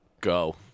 go